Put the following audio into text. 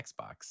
Xbox